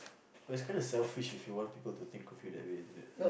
but it's kinda selfish if you want people to think of you that way isn't it